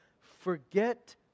forget